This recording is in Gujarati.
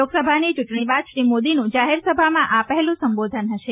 લોકસભાની ચૂંટણી બાદ શ્રી મોદીનું જાહેરસભામાં આ પહેલું સંબોધન હશે